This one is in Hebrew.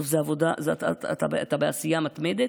בסוף זו עבודה, אתה בעשייה מתמדת.